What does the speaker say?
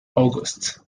august